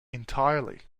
entirely